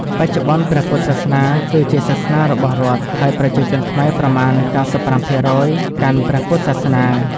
បច្ចុប្បន្ន ព្រះពុទ្ធសាសនាគឺជាសាសនារបស់រដ្ឋ ហើយប្រជាជនខ្មែរប្រមាណ ៩៥% កាន់ព្រះពុទ្ធសាសនា។